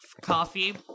coffee